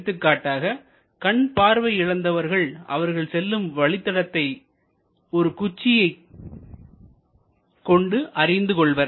எடுத்துக்காட்டாக கண் பார்வை இழந்தவர்கள் அவர்கள் செல்லும் வழித்தடத்தை ஒரு குச்சியை கொண்டு அறிந்து கொள்வர்